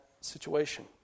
situation